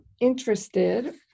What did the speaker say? interested